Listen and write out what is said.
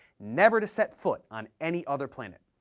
never to set foot on any other planet.